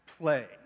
play